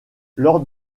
lors